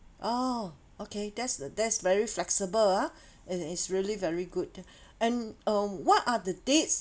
oh okay that's the that's very flexible ah it is really very good and um what are the dates